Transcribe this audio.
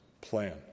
plan